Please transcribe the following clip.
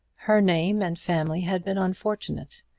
her name and family had been unfortunate,